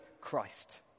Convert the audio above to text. Christ